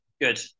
good